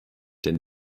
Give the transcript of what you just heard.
denn